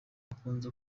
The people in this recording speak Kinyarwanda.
akunze